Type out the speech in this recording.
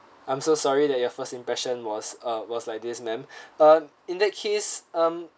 I'm so sorry that your first impression was ah was like this ma'am uh in that case um